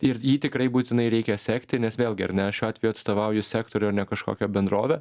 ir jį tikrai būtinai reikia sekti nes vėlgi ar ne šiuo atveju atstovauju sektorių o ne kažkokią bendrovę